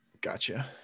Gotcha